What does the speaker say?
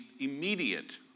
immediate